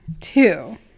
Two